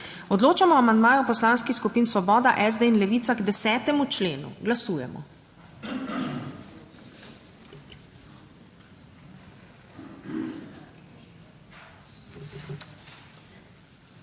Odločamo o amandmaju Poslanskih skupin Svoboda, SD in Levica k 7. členu. Glasujemo.